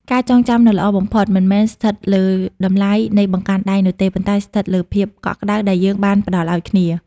ការចងចាំដ៏ល្អបំផុតមិនមែនស្ថិតលើតម្លៃនៃបង្កាន់ដៃនោះទេ ប៉ុន្តែស្ថិតលើភាពកក់ក្តៅដែលយើងបានផ្តល់ឱ្យគ្នា។